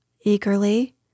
eagerly